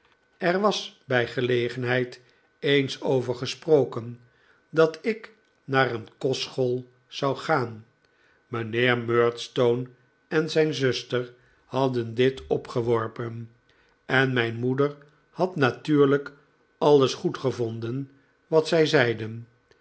er was bij gelegenheid eens over gesproken dat ik naar een kostschool zou gaan mijnheer murdstone en zijn zuster hadden dit opgeworpen en mijn moeder had natuurlijk alles goedgevonden wat zij zeiden